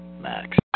Max